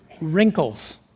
Wrinkles